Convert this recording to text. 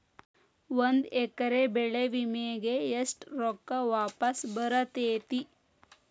ಒಂದು ಎಕರೆ ಬೆಳೆ ವಿಮೆಗೆ ಎಷ್ಟ ರೊಕ್ಕ ವಾಪಸ್ ಬರತೇತಿ?